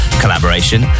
collaboration